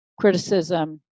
criticism